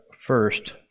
first